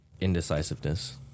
Indecisiveness